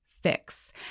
fix